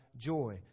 joy